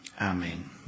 Amen